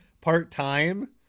part-time